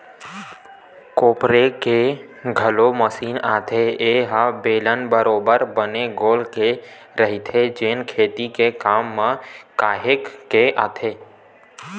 कोपरे के घलोक मसीन आगे ए ह बेलन बरोबर बने गोल के रहिथे जेन खेती के काम म काहेच के आथे